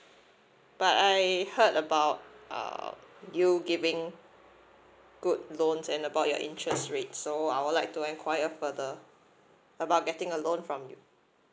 but I heard about uh you giving good loans and about your interest rates so I would like to inquire further about getting a loan from you